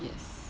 yes